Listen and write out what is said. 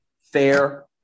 fair